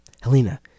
Helena